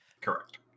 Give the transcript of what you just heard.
correct